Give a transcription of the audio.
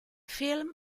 film